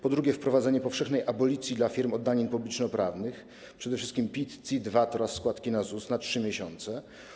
Po drugie, wprowadzenie powszechnej abolicji dla firm od danin publicznoprawnych, przede wszystkim PIT, CIT, VAT oraz składki na ZUS na 3 miesiące.